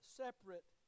separate